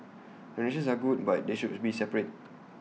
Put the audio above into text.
donations are good but they should be separate